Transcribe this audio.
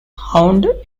hound